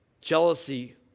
jealousy